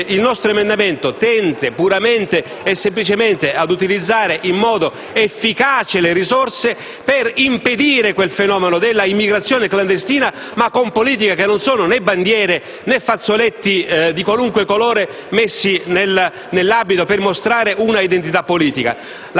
il nostro emendamento tende puramente e semplicemente ad utilizzare in modo efficace delle risorse, per impedire il fenomeno dell'immigrazione clandestina, ma con politiche che non sono né barriere, né fazzoletti di qualunque colore messi sull'abito per mostrare una identità politica.